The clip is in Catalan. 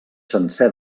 sencer